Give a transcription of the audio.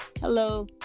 Hello